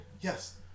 Yes